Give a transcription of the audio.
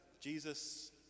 Jesus